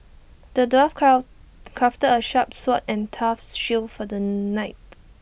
the dwarf cloud crafted A sharp sword and tough shield for the knight